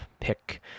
pick